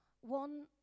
One